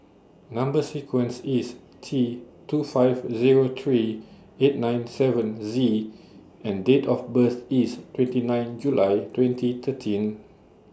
Number sequence IS T two five Zero three eight nine seven Z and Date of birth IS twenty nine July twenty thirteen